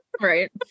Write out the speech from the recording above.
right